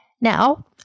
now